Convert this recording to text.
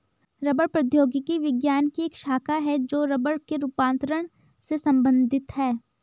रबड़ प्रौद्योगिकी विज्ञान की एक शाखा है जो रबड़ के रूपांतरण से संबंधित है